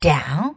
Down